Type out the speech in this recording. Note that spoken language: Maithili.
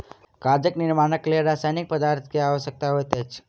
कागज निर्माणक लेल रासायनिक पदार्थ के आवश्यकता होइत अछि